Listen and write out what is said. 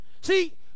See